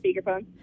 speakerphone